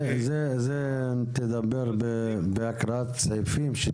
על זה תדבר בהקראת הסעיפים הרלוונטיים.